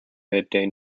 midday